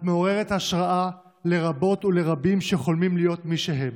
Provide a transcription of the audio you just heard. את מעוררת השראה לרבות ולרבים שחולמים להיות מי שהם,